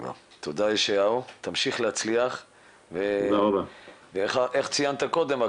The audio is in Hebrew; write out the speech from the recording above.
תודה, ישעיהו, תמשיך להצליח ואיך ציינת קודם?